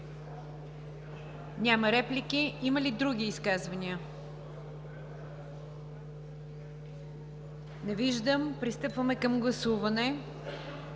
Няма реплики. Има ли други изказвания? Не виждам. Пристъпваме към гласуване